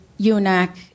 UNAC